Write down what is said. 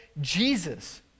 Jesus